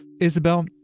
Isabel